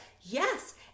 yes